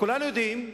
כולנו יודעים,